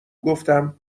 گفتم